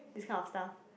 this kind of stuff